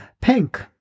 Pink